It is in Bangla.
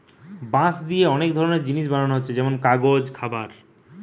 বাঁশ দিয়ে অনেক ধরনের জিনিস বানানা হচ্ছে যেমন কাগজ, খাবার